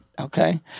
Okay